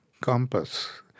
compass